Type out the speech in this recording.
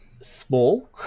small